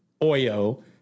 Oyo